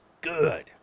good